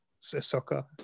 soccer